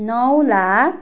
नौ लाख